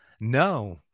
No